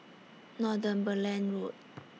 Northumberland Road